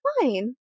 fine